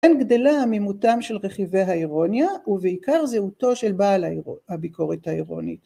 כן גדלה עמימותם של רכיבי האירוניה ובעיקר זהותו של בעל הביקורת האירונית